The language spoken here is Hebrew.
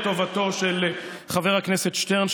לטובתו של חבר הכנסת שטרן,